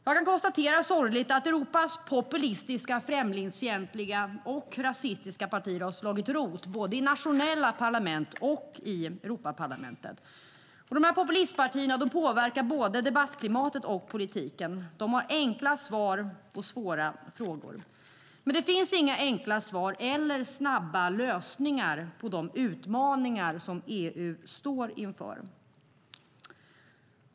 Man kan sorgligt nog konstatera att Europas populistiska, främlingsfientliga och rasistiska partier har slagit rot både i nationella parlament och i Europaparlamentet. Dessa populistpartier påverkar både debattklimatet och politiken. De har enkla svar på svåra frågor. Men det finns inga enkla svar eller snabba lösningar på de utmaningar som EU står inför.